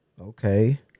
Okay